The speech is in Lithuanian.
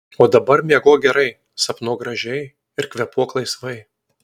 o dabar miegok gerai sapnuok gražiai ir kvėpuok laisvai